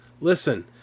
Listen